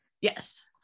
yes